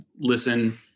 listen